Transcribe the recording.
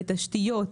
בתשתיות,